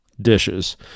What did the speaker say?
dishes